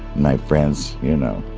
my friends, you know.